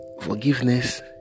forgiveness